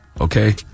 Okay